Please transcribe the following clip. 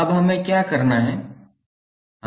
अब हमें क्या करना है